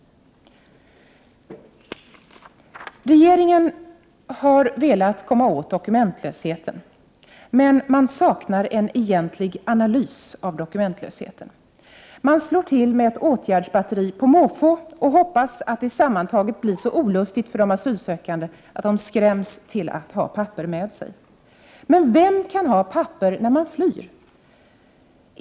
Regeringen har velat komma åt dokumentlösheten. Men man saknar en 21 egentlig analys av dokumentlösheten. Man slår till med ett åtgärdsbatteri på måfå och hoppas att det sammantaget blir så olustigt för de asylsökande att de skräms till att ha papper med sig. Men vem kan ha papper när man flyr?